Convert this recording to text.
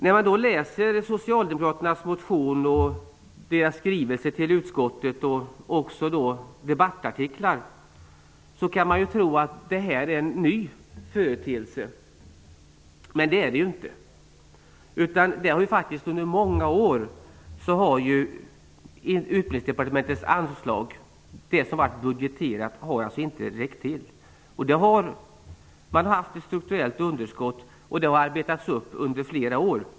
När man då läser Socialdemokraternas motion, deras skrivelse till utskottet och också debattartiklar, kan man tro att det här är en ny företeelse, men det är det ju inte. Under många år har Utbildningsdepartementets anslag, det som varit budgeterat, inte räckt till. Man har haft ett strukturellt underskott, och det har arbetats upp under flera år.